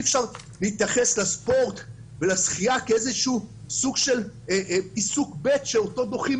אי אפשר להתייחס לספורט ולשחייה כי איזשהו סוג של עיסוק ב' שאותו דוחים